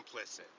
complicit